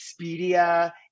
Expedia